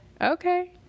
okay